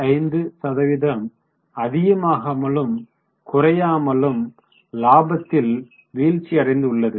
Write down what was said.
65 சதவீதம் அதிகமாகாமலும் குறையாமலும் இலாபத்தில் வீழ்ச்சியடைந்துள்ளது